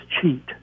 cheat